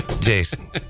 Jason